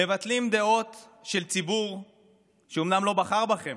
מבטלים דעות של ציבור שאומנם לא בחר בכם,